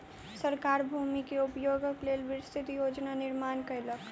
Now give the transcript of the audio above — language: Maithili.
सरकार भूमि के उपयोगक लेल विस्तृत योजना के निर्माण केलक